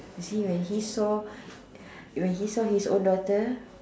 you see when he saw when he saw his own daughter